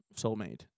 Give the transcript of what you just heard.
soulmate